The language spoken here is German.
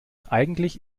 eigentlich